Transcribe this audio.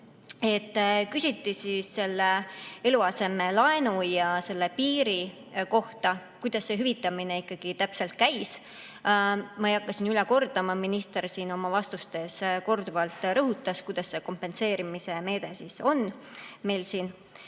läbi. Küsiti eluasemelaenu ja selle piiri kohta, kuidas see hüvitamine ikkagi täpselt käiks. Ma ei hakka siin üle kordama, minister oma vastustes korduvalt rõhutas, milline see kompenseerimise meede meil on.